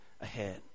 ahead